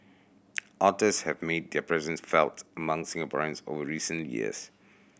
otters have made their presence felt among Singaporeans over recent years